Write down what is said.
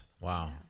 wow